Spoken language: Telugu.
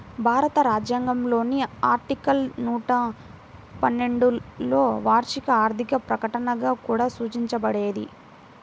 భారత రాజ్యాంగంలోని ఆర్టికల్ నూట పన్నెండులోవార్షిక ఆర్థిక ప్రకటనగా కూడా సూచించబడేది